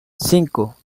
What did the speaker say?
cinco